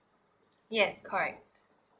yes correct